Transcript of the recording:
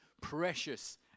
precious